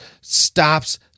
stops